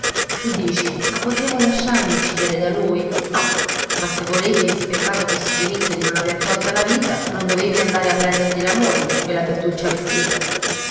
tu dici ma potevo lasciarmi uccidere da lui no ma se volevi rispettato questo diritto di non aver tolta la vita non dovevi andare a prendergli la moglie quella bertuccia vestita